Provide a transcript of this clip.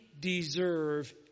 deserve